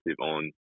on